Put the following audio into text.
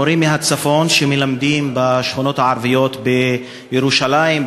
מורים מהצפון שמלמדים בשכונות הערביות בירושלים,